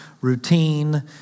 routine